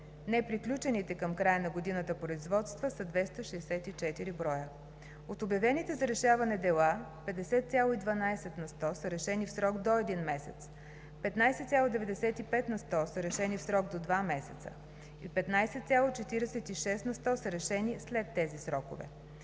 Неприключените към края на годината производства са 264 броя. От обявените за решаване дела 50,12 на сто са решени в срок до един месец, 15,95 на сто са решени в срок до 2 месеца и 15,46 на сто са решени след тези срокове.